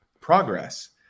progress